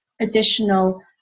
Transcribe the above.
additional